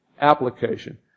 application